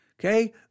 Okay